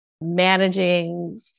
managing